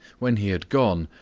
when he had gone,